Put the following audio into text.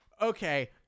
Okay